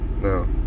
No